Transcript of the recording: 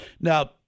Now